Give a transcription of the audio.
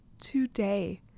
Today